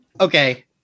okay